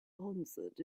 concert